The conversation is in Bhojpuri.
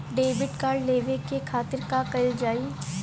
डेबिट कार्ड लेवे के खातिर का कइल जाइ?